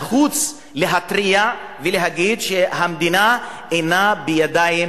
שנחוץ להתריע ולהגיד שהמדינה אינה בידיים